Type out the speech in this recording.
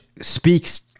speaks